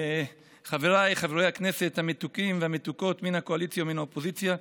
חבריי חברי הכנסת המתוקים והמתוקות מן הקואליציה ומן האופוזיציה,